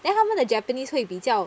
then 他们的 japanese 会比较